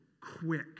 quick